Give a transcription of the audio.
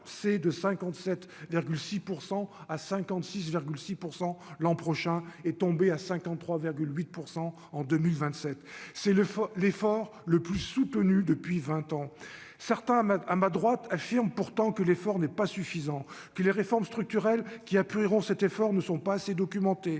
ces de 57,6 % à 56,6 % l'an prochain, est tombé à 53,8 % en 2027 c'est le l'effort le plus soutenu depuis 20 ans certains ma à ma droite, affirme pourtant que l'effort n'est pas suffisant qui les réformes structurelles qui a appuieront cet effort ne sont pas assez documenté,